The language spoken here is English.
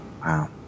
Wow